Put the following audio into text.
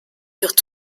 furent